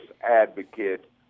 advocate